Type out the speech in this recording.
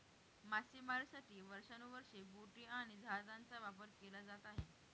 मासेमारीसाठी वर्षानुवर्षे बोटी आणि जहाजांचा वापर केला जात आहे